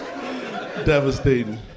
Devastating